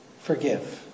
forgive